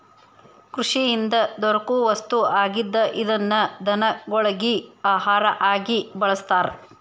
ಕೃಷಿಯಿಂದ ದೊರಕು ವಸ್ತು ಆಗಿದ್ದ ಇದನ್ನ ದನಗೊಳಗಿ ಆಹಾರಾ ಆಗಿ ಬಳಸ್ತಾರ